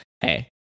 hey